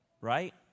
right